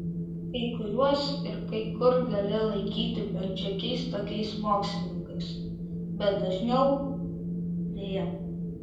kai kuriuos ir kai kur gali laikyti bent šiokiais tokiais mokslininkais bet dažniau deja